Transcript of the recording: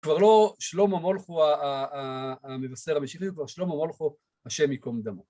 כבר לא שלמה מולכו המבשר המשיחי, כבר שלמה מולכו השם יקום לדמו